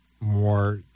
more